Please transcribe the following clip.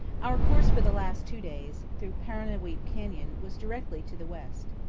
our course for the last two days, through paru'nuweap canyon, was directly to the west.